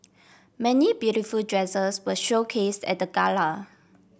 many beautiful dresses were showcase at the gala